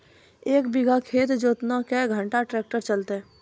एक बीघा खेत जोतना क्या घंटा ट्रैक्टर चलते?